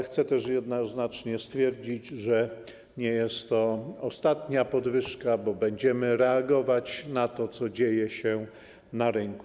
Chcę też jednoznacznie stwierdzić, że nie jest to ostatnia podwyżka, bo będziemy reagować na to, co dzieje się na rynku.